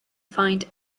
fined